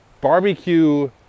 barbecue